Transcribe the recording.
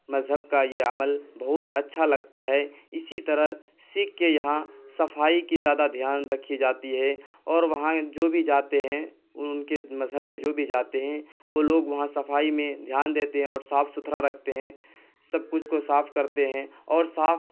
مذہب کا یہ عمل بہت اچھا لگتا ہے اسی طرح سکھ کے یہاں صفائی کی زیادہ دھیان رکھی جاتی ہے اور وہاں جو بھی جاتے ہیں ان ان کے مذہب کے جو بھی جاتے ہیں وہ لوگ وہاں صفائی میں دھیان دیتے ہیں اور صاف ستھرا رکھتے ہیں سب کچھ کو صاف کرتے ہیں اور صاف